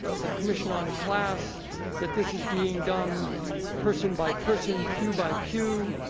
ah the commission on class that this is being done person by person, pew by pew.